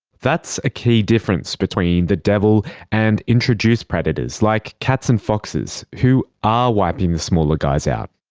that's a key difference between the devil and introduced predators like cats and foxes who are wiping the smaller guys out.